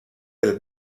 del